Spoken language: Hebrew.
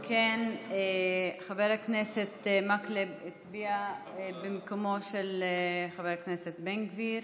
חבר הכנסת מקלב הצביע במקומו של חבר הכנסת בן גביר,